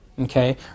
Okay